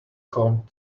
calmed